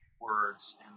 words